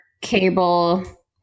cable